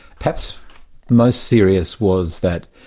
perhaps most serious was that